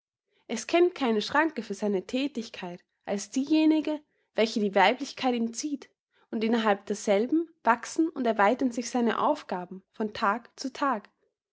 es kennt keine schranke für seine thätigkeit als diejenige welche die weiblichkeit ihm zieht und innerhalb derselben wachsen und erweitern sich seine aufgaben von tag zu tag